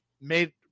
made